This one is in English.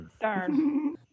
Darn